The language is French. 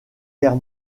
guerre